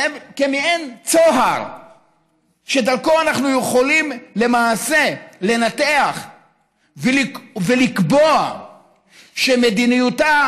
שהן מעין צוהר שדרכו אנחנו יכולים למעשה לנתח ולקבוע שמדיניותה